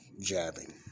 jabbing